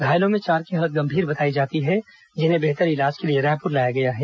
घायलों में चार की हालत गंभीर बताई जाती है जिन्हें बेहतर इलाज के लिए रायपुर लाया गया है